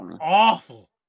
awful